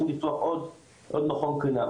רוצים לפתוח עוד מכון קרינה.